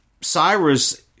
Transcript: Cyrus